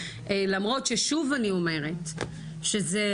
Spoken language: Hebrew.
למרות ששוב אני אומרת שזה